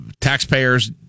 taxpayers